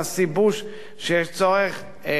שיש צורך להפסיק אותו,